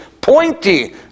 pointy